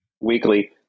weekly